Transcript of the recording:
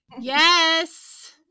Yes